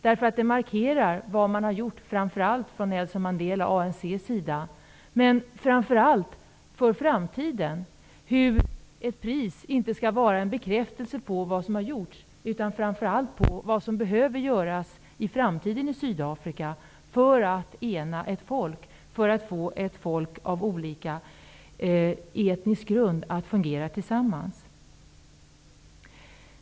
Det markerar det som Nelson Mandela och ANC gjort, men det markerar framför allt för framtiden hur ett pris inte skall vara en bekräftelse på vad som har gjorts. Det skall vara en bekräftelse på vad som behöver göras i framtiden i Sydafrika för att ena ett folk och få människor med olika etnisk bakgrund att fungera tillsammans.